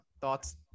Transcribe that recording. thoughts